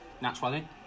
Naturally